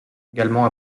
également